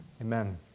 amen